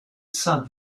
sat